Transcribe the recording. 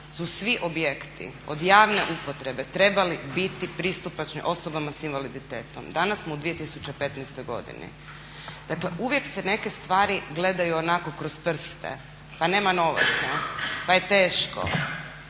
su svi objekti od javne upotrebe trebali biti pristupačni osobama s invaliditetom. Danas smo u 2015. godini. Dakle uvijek se neke stvari gledaju onako kroz prste, pa nema novaca, pa je teško,